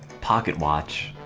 pocketwatch.